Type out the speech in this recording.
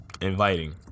inviting